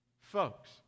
Folks